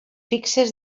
fixes